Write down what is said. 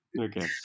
Okay